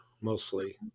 mostly